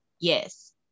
Yes